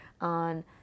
on